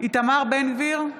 איתמר בן גביר,